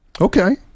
Okay